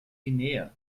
guinea